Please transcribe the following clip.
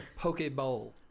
Pokeball